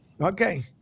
Okay